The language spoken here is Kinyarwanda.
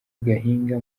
gahinga